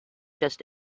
just